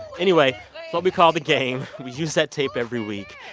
anyway, it's what we call the game. we use that tape every week.